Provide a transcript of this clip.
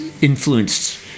influenced